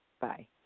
Bye